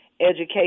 education